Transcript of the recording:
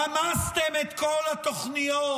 רמסתם את כל התוכניות